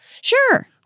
Sure